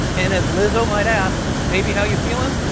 and as lizzo might ask, baby, how you feeling?